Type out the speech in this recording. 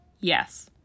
Yes